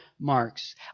marks